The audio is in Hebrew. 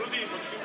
דודי, מבקשים לרדת.